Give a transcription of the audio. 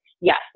Yes